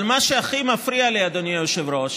אבל מה שהכי מפריע לי, אדוני היושב-ראש,